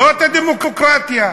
זאת הדמוקרטיה.